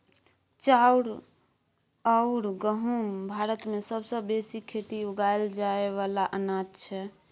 चाउर अउर गहुँम भारत मे सबसे बेसी उगाएल जाए वाला अनाज छै